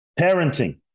Parenting